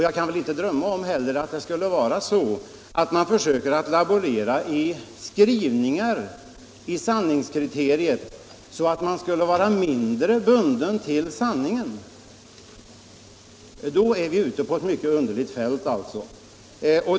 Jag kan inte drömma om att man vill laborera med skrivningar när det gäller sanningskriteriet och anse att en viss formulering binder en människa mindre vid sanningen än en annan.